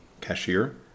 cashier